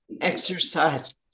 exercise